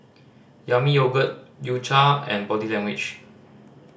Yami Yogurt U Cha and Body Language